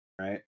right